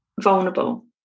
vulnerable